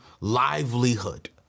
livelihood